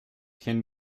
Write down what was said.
can